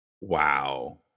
Wow